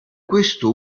questo